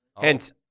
Hence